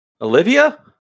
Olivia